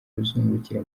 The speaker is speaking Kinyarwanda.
ruzungukira